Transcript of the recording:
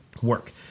work